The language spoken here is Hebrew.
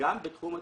גם בתחום הטקסטיל.